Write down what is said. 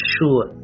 sure